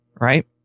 Right